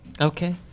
Okay